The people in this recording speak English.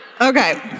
Okay